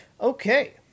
Okay